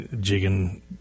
jigging